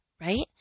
right